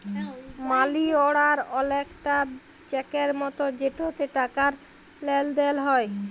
মালি অড়ার অলেকটা চ্যাকের মতো যেটতে টাকার লেলদেল হ্যয়